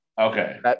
Okay